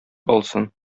алсын